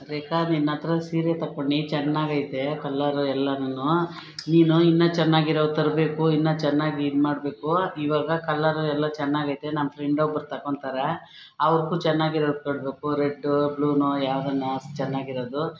ರೇಖಾ ನಿನ್ನ ಹತ್ರ ಸೀರೆ ತಕೊಂಡಿನಿ ಚೆನ್ನಾಗೈತೆ ಕಲರ್ ಎಲ್ಲನು ನೀನು ಇನ್ನೂ ಚೆನ್ನಾಗಿರೋದು ತರಬೇಕು ಇನ್ನೂ ಚೆನ್ನಾಗಿ ಇದ್ಮಾಡ್ಬೇಕು ಈವಾಗ ಕಲ್ಲರು ಎಲ್ಲ ಚೆನ್ನಾಗೈತೆ ನಮ್ಮ ಫ್ರೆಂಡೊಬ್ಬರು ತಕೊಂತಾರೆ ಅವ್ರ್ಗೂ ಚೆನ್ನಾಗಿರೋದು ಕೊಡಬೇಕು ರೆಡ್ಡು ಬ್ಲೂನೊ ಯಾವ್ದನ ಚೆನ್ನಾಗಿರೋದು